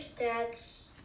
stats